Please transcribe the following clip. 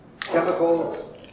chemicals